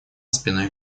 спиной